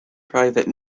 private